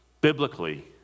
biblically